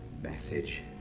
message